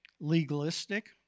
legalistic